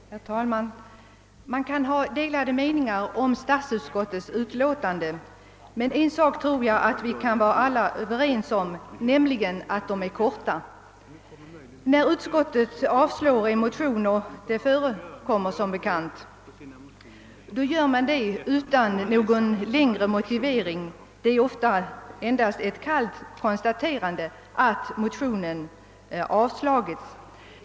Herr talman! Man kan ha delade meningar om statsutskottets utlåtanden, men en sak tror jag att vi alla kan vara överens om, nämligen att de är korta. När utskottet avstyrker en motion — och det förekommer som bekant — gör man det utan någon längre motivering. Det är ofta endast ett kallt konstaterande att motionen är avstyrkt.